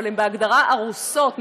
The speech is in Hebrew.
בהגדרה הן ארוסות,